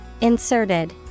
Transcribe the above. Inserted